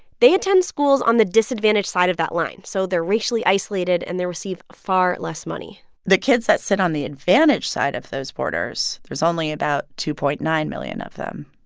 they attend schools on the disadvantaged side of that line. so they're racially isolated, and they receive far less money the kids that sit on the advantaged side of those borders, there's only about two point nine million of them.